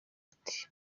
ati